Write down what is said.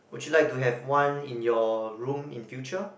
would you like to have one in your room in future